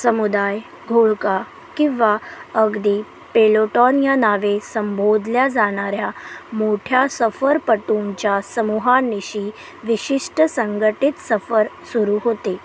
समुदाय घोळका किंवा अगदी पेलोटॉन या नावे संबोधल्या जाणाऱ्या मोठ्या सफरपटूंच्या समूहानिशी विशिष्ट संघटित सफर सुरू होते